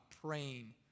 praying